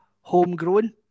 homegrown